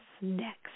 next